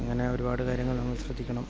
അങ്ങനെ ഒരുപാട് കാര്യങ്ങൾ നമ്മൾ ശ്രദ്ധിക്കണം